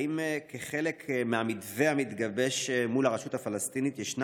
האם כחלק מהמתווה המתגבש מול הרשות הפלסטינית ישנה